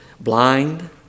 blind